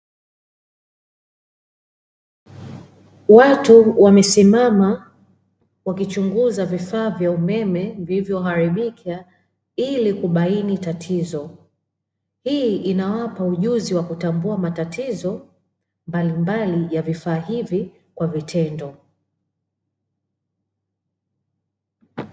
Watu wamesimama wakichunguza vifaa vya umeme vilivyoharibika ili kubaini tatizo. Hii inawapa ujuzi wa kutambua matatizo mbalimbali ya vifaa hivi kwa vitendo.